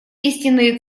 истинные